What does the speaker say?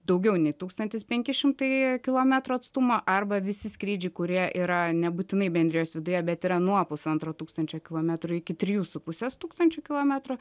daugiau nei tūkstantis penki šimtai kilometrų atstumo arba visi skrydžiai kurie yra nebūtinai bendrijos viduje bet yra nuo pusantro tūkstančio kilometrų iki trijų su pusės tūkstančio kilometrų